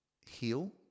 heal